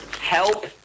Help